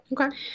Okay